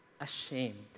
ashamed